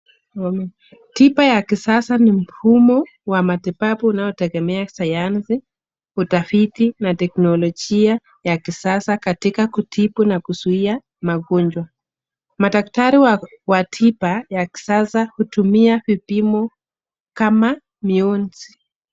Tiba ya kisasa ni mfumo wa matibabu unaotegemea sayansi, utafiti na teknolojia ya kisasa katika kutibu na kuzuia magonjwa. Madaktari wa tiba ya kisasa hutumia vipimo kama mionzi.